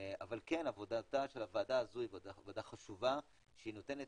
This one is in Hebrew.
אבל כן עבודתה של הוועדה הזו היא עבודה חשובה שנותנת